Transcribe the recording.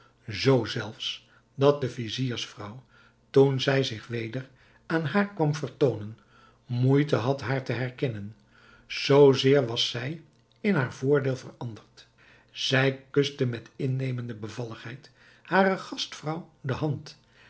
zoo zelfs dat de viziersvrouw toen zij zich weder aan haar kwam vertoonen moeite had haar te herkennen zoozeer was zij in haar voordeel veranderd zij kuste met innemende bevalligheid hare gastvrouw de hand